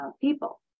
people